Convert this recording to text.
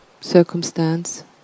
circumstance